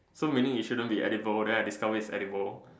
so meaning it shouldn't be edible then I discover it's edible